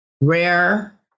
rare